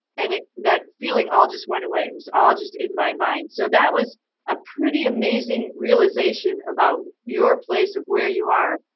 and that feeling all just went away. it was all just in my mind. so that was a pretty amazing realization about your place of where you are.